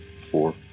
four